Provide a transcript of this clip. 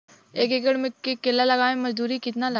एक एकड़ में केला लगावे में मजदूरी कितना लागी?